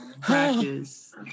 Practice